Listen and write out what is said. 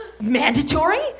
Mandatory